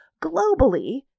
globally